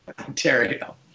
Ontario